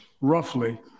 roughly